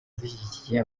zishyigikiye